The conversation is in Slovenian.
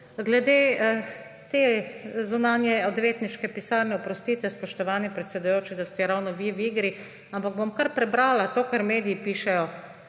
Glede te zunanje odvetniške pisarne, oprostite, spoštovani predsedujoči, da ste ravno vi v igri, ampak bom kar prebrala to, kar mediji pišejo,